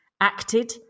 acted